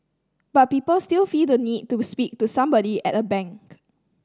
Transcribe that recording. but people still feel the need to speak to somebody at a bank